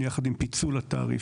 זה בפועל.